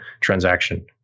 transaction